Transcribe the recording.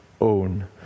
own